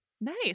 Nice